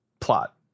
plot